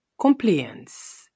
compliance